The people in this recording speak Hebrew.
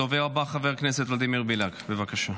הדובר הבא, חבר הכנסת ולדימיר בליאק, בבקשה.